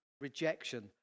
rejection